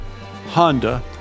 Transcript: Honda